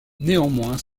néanmoins